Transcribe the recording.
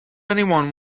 anyone